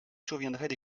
surviendraient